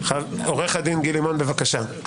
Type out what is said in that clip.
עו"ד גיל לימון בבקשה.